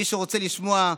מי שרוצה לשמוע,